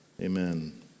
amen